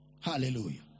Hallelujah